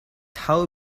how